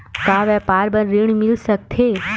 का व्यापार बर ऋण मिल सकथे?